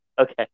Okay